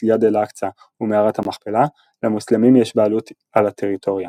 מסגד אל-אקצא ומערת המכפלה למוסלמים יש בעלות על הטריטוריה.